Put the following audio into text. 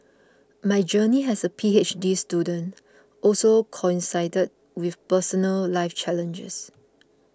my journey as a P H D student also coincided with personal life challenges